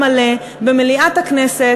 אבל רק בגלל מה שהתרחש שם,